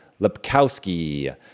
Lepkowski